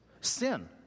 sin